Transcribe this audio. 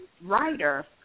writer